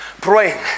Praying